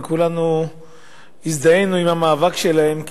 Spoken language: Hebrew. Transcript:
וכולנו הזדהינו עם המאבק שלהם,